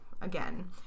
again